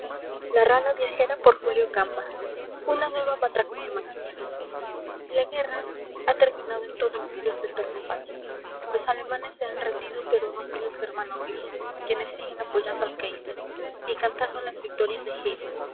una nueva batracomiomaquia la guerra ha terminado en todo el mundo excepto en españa los alemanes se han rendido pero no así los germanófilos quienes siguen apoyando al káiser y cantando las victorias de